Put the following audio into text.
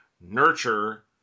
Nurture